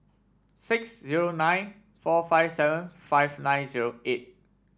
six zero nine four five seven five nine zero eight